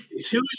two